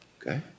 Okay